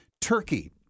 Turkey